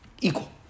Equal